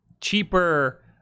cheaper